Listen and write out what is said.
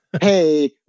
hey